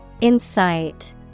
Insight